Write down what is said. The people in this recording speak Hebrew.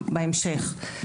בהמשך.